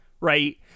right